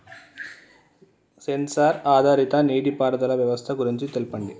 Censor ఆధారిత నీటిపారుదల వ్యవస్థ గురించి తెల్పండి?